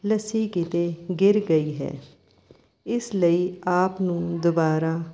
ਲੱਸੀ ਕਿਤੇ ਗਿਰ ਗਈ ਹੈ ਇਸ ਲਈ ਆਪ ਨੂੰ ਦੁਬਾਰਾ